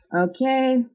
Okay